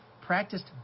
practiced